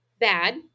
Bad